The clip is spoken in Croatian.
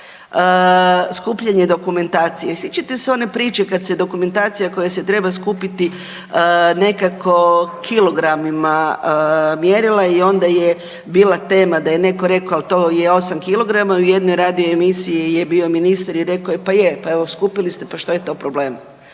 skupljanje dokumentacije. Sjećate se one priče kad se dokumentacija koja se treba skupiti nekako kilogramima mjerila i onda je bila tema da je neko rekao to je 8 kilograma u jednoj radio emisiji je bio ministar, pa je rekao pa je, pa evo skupili ste, pa što je to problem.